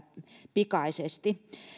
pikaisesti